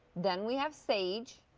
then we have sage.